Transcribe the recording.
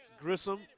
Grissom